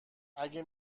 اگه